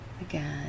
Again